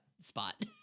spot